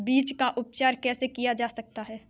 बीज का उपचार कैसे किया जा सकता है?